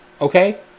Okay